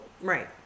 Right